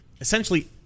essentially